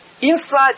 Inside